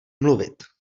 mluvit